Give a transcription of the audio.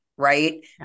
Right